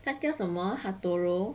那叫什么 hartono